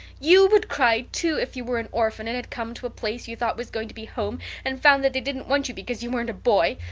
you would cry, too, if you were an orphan and had come to a place you thought was going to be home and found that they didn't want you because you weren't a boy.